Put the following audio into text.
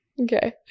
Okay